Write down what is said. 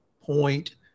point